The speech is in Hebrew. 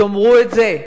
תאמרו את זה,